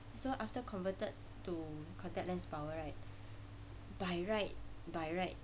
so after converted to contact lens power right by right by right